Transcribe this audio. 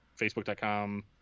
Facebook.com